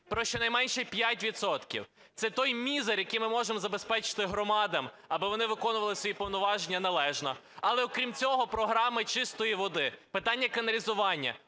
про щонайменше 5 відсотків. Це той мізер, який ми можемо забезпечити громадам, аби вони виконували свої повноваження належно. Але окрім цього, програма "Чистої води", питання каналізування,